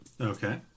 Okay